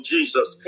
Jesus